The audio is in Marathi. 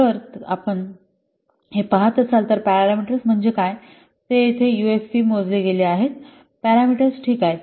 तर जर आपण हे येथे पाहात असाल तर पॅरामीटर्स म्हणजे काय ते येथे युएफपी मोजले गेले आहे पॅरामीटर्स ठीक आहेत